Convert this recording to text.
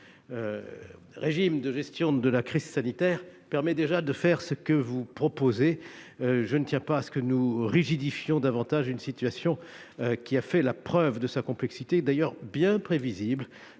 le régime de gestion de la crise sanitaire permet déjà de faire ce que vous proposez. Je ne tiens pas à ce que nous rigidifions davantage encore un système qui a fait la preuve de sa complexité. D'ailleurs, cette